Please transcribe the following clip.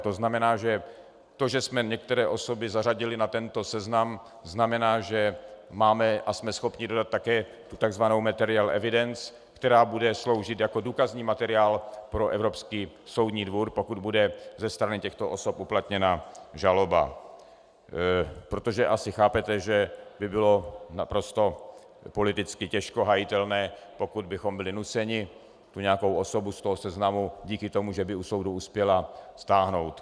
To znamená, že to, že jsme některé osoby zařadili na tento seznam, znamená, že máme a jsme schopni dodat také i tzv. material evidence, která bude sloužit jako důkazní materiál pro Evropský soudní dvůr, pokud bude ze strany těchto osob uplatněna žaloba, protože asi chápete, že by bylo politicky naprosto těžko hájitelné, pokud bychom byli nuceni nějakou osobu z toho seznamu kvůli tomu, že by u soudu uspěla, stáhnout.